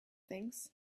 things